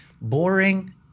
Boring